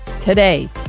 today